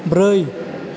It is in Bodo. ब्रै